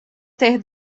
ter